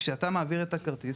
וכשאתה מעביר את הכרטיס